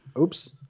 oops